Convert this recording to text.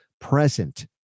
present